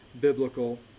biblical